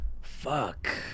Fuck